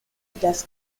islas